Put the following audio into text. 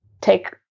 take